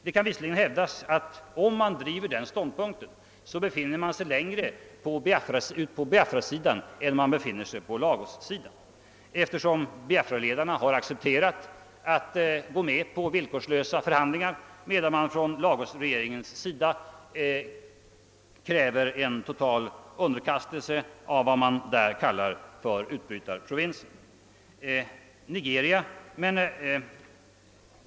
Det kan visserligen hävdas att om man intar den ståndpunkten befinner man sig längre ut på Biafrasidan än på Lagossidan, eftersom Biafraledarna har accepterat villkorslösa förhandlingar, medan Lagosregeringen kräver en total underkastelse av vad man där kallar för utbrytarprovinsen.